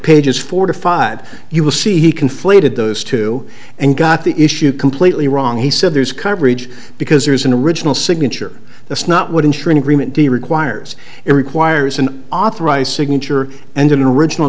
pages fortified you will see he conflated those two and got the issue completely wrong he said there is coverage because there is an original signature that's not what ensure an agreement he requires it requires an authorized signature and an original